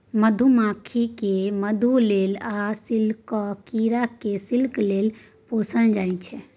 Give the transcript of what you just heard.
मधुमाछी केँ मधु लेल आ सिल्कक कीरा केँ सिल्क लेल पोसल जाइ छै